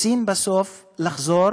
רוצים בסוף לחזור